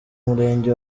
murenge